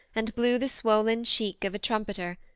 and blew the swollen cheek of a trumpeter,